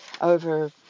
over